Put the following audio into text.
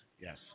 Yes